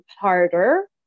harder